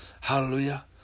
Hallelujah